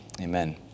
Amen